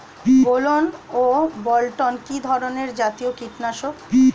গোলন ও বলটন কি ধরনে জাতীয় কীটনাশক?